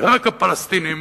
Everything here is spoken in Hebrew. ורק הפלסטינים,